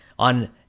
On